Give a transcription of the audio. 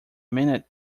minute